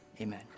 Amen